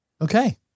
Okay